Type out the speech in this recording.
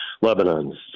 Lebanon